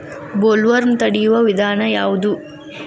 Bollworm ತಡಿಯು ವಿಧಾನ ಯಾವ್ದು?